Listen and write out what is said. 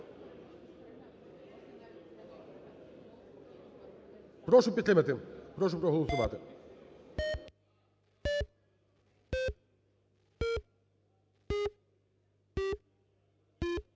Прошу підтримати, прошу проголосувати.